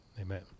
amen